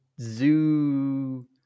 Zoo